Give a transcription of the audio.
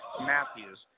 Matthews